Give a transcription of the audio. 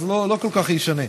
אז זה לא כל כך ישנה.